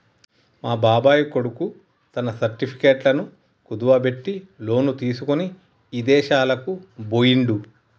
మా బాబాయ్ కొడుకు తన సర్టిఫికెట్లను కుదువబెట్టి లోను తీసుకొని ఇదేశాలకు బొయ్యిండు